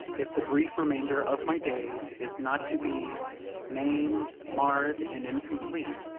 if the brief remainder of my days is not to be maimed, marred, and incomplete,